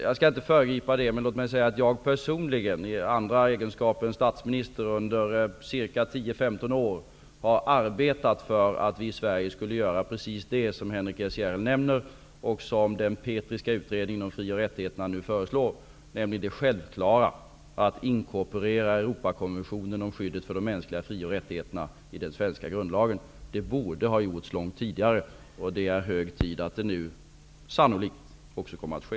Jag skall inte föregripa utredningen, men låt mig säga att jag personligen, i andra egenskaper än som statsminister, under ca 10--15 år har arbetat för att vi i Sverige skall göra precis det som Henrik S Järrel nämner och som den petriska utredningen om frioch rättigheterna nu föreslår, nämligen det självklara att inkorporera europakonventionen om skyddet för de mänskliga fri och rättigheterna i den svenska grundlagen. Detta borde ha gjorts långt tidigare och det är hög tid att det nu sannolikt också kommer att ske.